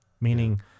meaning